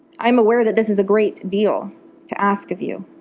i am aware that this is a great deal to ask of you,